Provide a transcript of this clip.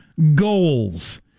goals